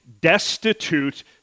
destitute